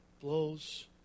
blows